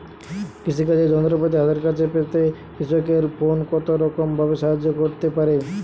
কৃষিকাজের যন্ত্রপাতি হাতের কাছে পেতে কৃষকের ফোন কত রকম ভাবে সাহায্য করতে পারে?